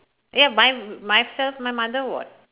ya my myself my mother what